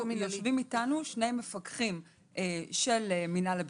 יושבים איתנו שני מפקחים של מינהל הבטיחות,